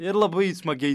ir labai smagiai